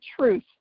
truth